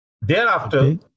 Thereafter